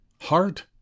Heart